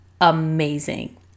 amazing